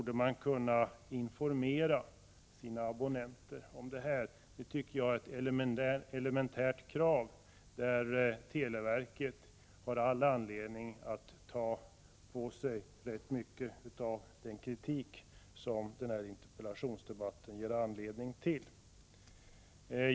Detta är ett elementärt krav, och jag tycker att televerket har all anledning att i rätt stor utsträckning känna sig träffat av den kritik som gett anledning till interpellationen.